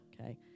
okay